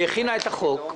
והיא הכינה את החוק,